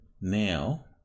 Now